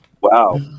Wow